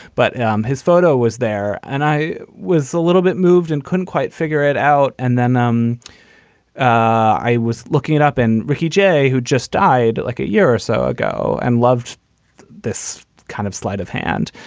but um his photo was there and i was a little bit moved and couldn't quite figure it out. and then um i was looking it up. and ricky jay, who just died like a year or so ago and loved this kind of sleight of hand,